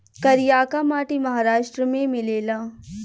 करियाका माटी महाराष्ट्र में मिलेला